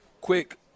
Quick